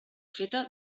feta